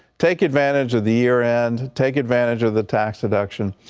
take advantage of the year end, take advantage of the tax deduction.